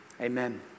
amen